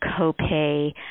copay